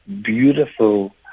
beautiful